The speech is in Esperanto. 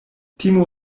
timo